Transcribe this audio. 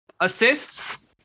assists